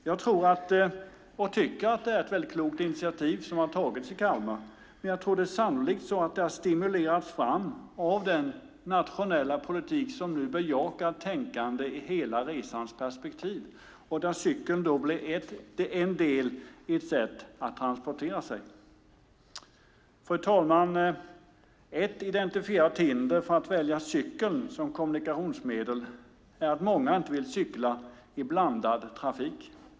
Jag tycker att det är ett väldigt klokt initiativ som har tagits i Kalmar, men jag tror att det sannolikt har stimulerats fram av den nationella politik som nu bejakar tänkande i hela resans perspektiv där cykeln blir ett sätt att transportera sig. Fru talman! Ett identifierat hinder för att välja cykeln som kommunikationsmedel är att många inte vill cykla i blandad trafik.